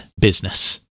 business